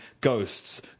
ghosts